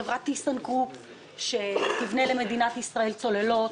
חברת טיסנגרופ שתבנה למדינת ישראל צוללות,